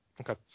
Okay